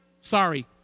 sorry